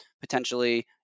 potentially